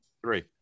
Three